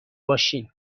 باشین